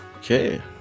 Okay